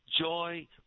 joy